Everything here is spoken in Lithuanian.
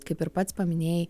kaip ir pats paminėjai